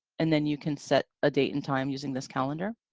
and then you can set a date and time using this calendar.